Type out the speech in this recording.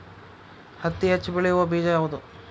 ಹತ್ತಿ ಹೆಚ್ಚ ಬೆಳೆಯುವ ಬೇಜ ಯಾವುದು?